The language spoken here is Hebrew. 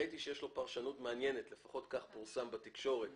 ראיתי שיש לו פרשנות מעניינת - לפחות כך פורסם בתקשורת